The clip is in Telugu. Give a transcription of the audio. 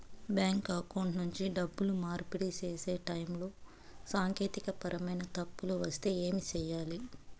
బ్యాంకు అకౌంట్ నుండి డబ్బులు మార్పిడి సేసే టైములో సాంకేతికపరమైన తప్పులు వస్తే ఏమి సేయాలి